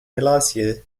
maleisië